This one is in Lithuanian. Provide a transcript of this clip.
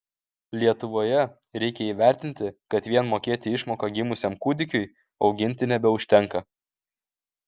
lietuvoje reikia įvertinti kad vien mokėti išmoką gimusiam kūdikiui auginti nebeužtenka